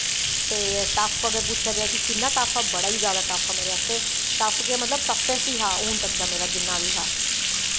ते टफ्फ अगर पुच्छेआ जाए किन्ना गै टफ्फ हा ते बड़ा गै जैदा टफ्फ हा मेरे आस्तै टफ्फ केह् मतलब टफैस्ट गै हा हून तक दा मेरा जिन्ना बी हा